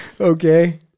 Okay